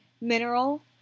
mineral